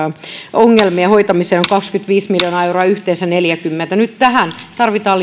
ongelmien hoitamiseen on kaksikymmentäviisi miljoonaa euroa ja yhteensä neljäkymmentä nyt tähän tarvitaan